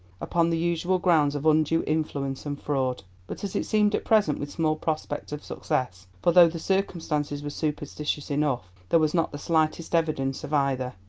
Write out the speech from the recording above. upon the usual grounds of undue influence and fraud but as it seemed at present with small prospect of success, for, though the circumstances were superstitious enough, there was not the slightest evidence of either.